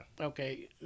Okay